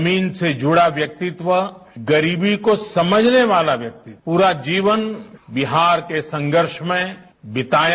जमीन से जुडा व्यक्तित्व गरीबी को समझने वाला व्यक्ति पूरा जीवन बिहार के संघर्ष में बिताया